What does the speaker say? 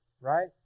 right